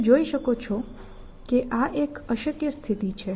તમે જોઈ શકો છો કે આ એક અશક્ય સ્થિતિ છે